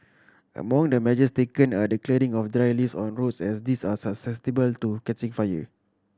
among the measures taken are the clearing of dry leaves on roads as these are susceptible to catching fire